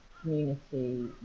community